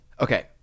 Okay